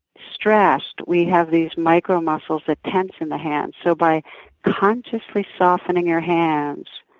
stressed, we have these micro muscles that tense in the hands so, by consciously softening your hands,